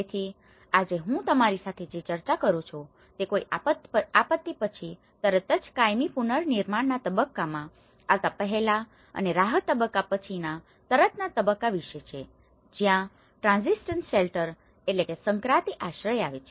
તેથી આજે હું તમારી સાથે જે ચર્ચા કરવા જઈ રહ્યો છું તે કોઈ આપત્તિ પછી તરત જ કાયમી પુનર્નિર્માણના તબક્કામાં આવતા પહેલા અને રાહત તબક્કા પછીના તરતના તબક્કા વિશે છે જયાં ટ્રાન્ઝીશન શેલ્ટરtransition shelterસંક્રાંતિ આશ્રય આવે છે